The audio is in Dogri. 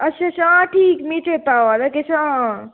अच्छा अच्छा हां ठीक मिगी चेत्ता आवै दा किश हां